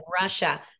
Russia